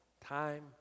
Time